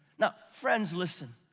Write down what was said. now, friends listen.